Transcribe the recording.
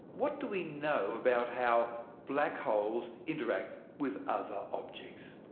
what do we know about how black holes interact with other objects?